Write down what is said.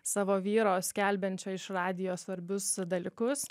savo vyro skelbiančio iš radijo svarbius dalykus